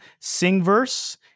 Singverse